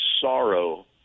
sorrow